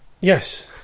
Yes